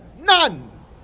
None